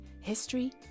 history